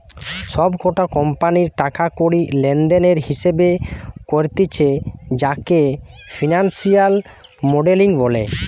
সব কটা কোম্পানির টাকা কড়ি লেনদেনের হিসেবে করতিছে যাকে ফিনান্সিয়াল মডেলিং বলে